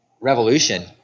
revolution